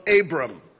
Abram